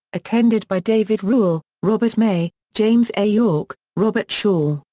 attended by david ruelle, robert may, james a. yorke, robert shaw,